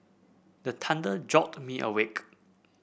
the thunder jolt me awake